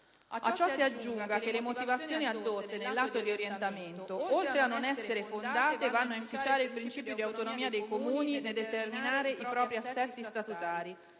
A ciò si aggiunga che le motivazioni addotte nell'atto di orientamento, oltre a non essere fondate, vanno ad inficiare il principio di autonomia dei Comuni nel determinare i propri assetti statutari